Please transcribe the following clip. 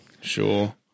Sure